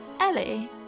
Ellie